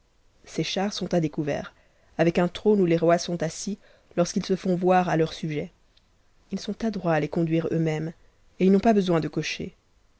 ces chars sont a découvert avec un trône où es rois sont assis lorsqu'ils se font voir à leurs sujets ils sont adroits a les conduire eux-mêmes et ils n'ont pas besoin de